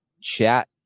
chat